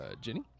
Jenny